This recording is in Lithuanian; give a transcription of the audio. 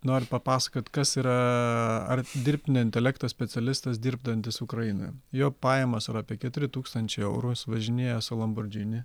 noriu papasakot kas yra ar dirbtinio intelekto specialistas dirbdantis ukrainoj jo pajamos yra apie keturi tūkstančiai eurų jis važinėja su lambordžini